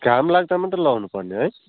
घाम लाग्द मात्र लगाउनु पर्ने है